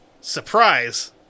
Surprise